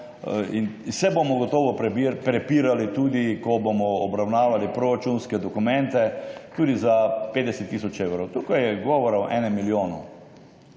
in se bomo gotovo prepirali, tudi ko bomo obravnavali proračunske dokumente, tudi za 50 tisoč evrov. Tukaj je govora o 1 milijonu.